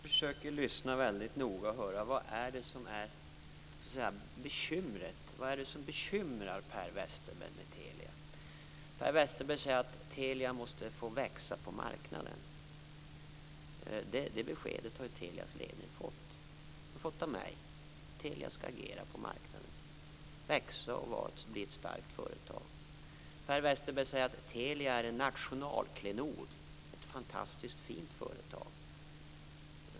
Fru talman! Jag försöker lyssna väldigt noga och höra vad det är som är bekymret. Vad är det som bekymrar Per Westerberg med Telia? Per Westerberg säger att Telia måste få växa på marknaden. Det beskedet har ju Telias ledning fått av mig. Telia skall agera på marknaden, växa och bli ett starkt företag. Per Westerberg säger att Telia är en nationalklenod, ett fantastiskt fint företag.